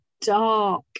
dark